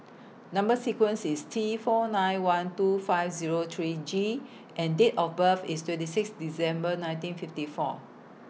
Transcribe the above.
Number sequence IS T four nine one two five Zero three G and Date of birth IS twenty six December nineteen fifty four